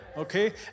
Okay